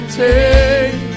take